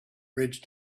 bridge